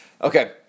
Okay